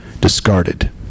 discarded